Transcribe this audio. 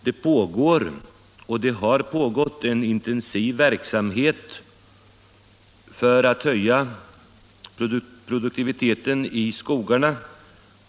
Det pågår — och har pågått — en intensiv verksamhet för att höja produktiviteten i skogarna.